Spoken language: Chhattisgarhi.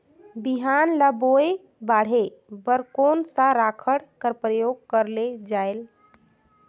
बिहान ल बोये बाढे बर कोन सा राखड कर प्रयोग करले जायेल?